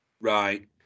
right